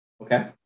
Okay